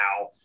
now